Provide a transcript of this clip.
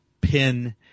pin